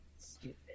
stupid